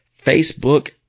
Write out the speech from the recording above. Facebook